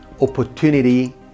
opportunity